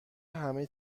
همه